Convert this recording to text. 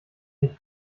nicht